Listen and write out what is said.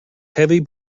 heavy